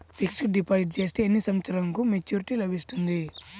Fixed deposit చేస్తే ఎన్ని సంవత్సరంకు మెచూరిటీ లభిస్తుంది?